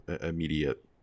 immediate